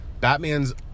Batman's